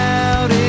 out